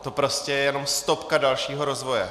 To je prostě jenom stopka dalšího rozvoje.